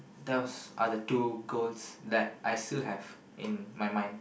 those are the two goals that I still have in mind